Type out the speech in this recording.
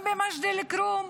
גם במג'ד אל-כרום.